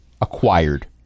acquired